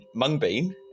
Mungbean